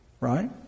right